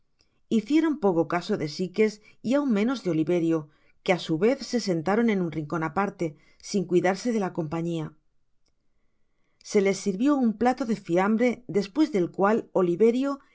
hicieron poco caso de sikes y aun menos de oliverio que á su vez se sentaron en un rincon á parte sin cuidarse de la compañia se les sirvió un plato de fiambre despues del cual